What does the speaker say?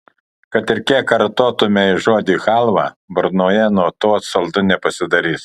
kad ir kiek kartotumei žodį chalva burnoje nuo to saldu nepasidarys